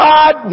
God